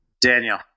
Daniel